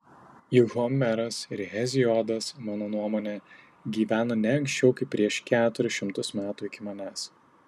juk homeras ir heziodas mano nuomone gyveno ne anksčiau kaip prieš keturis šimtus metų iki manęs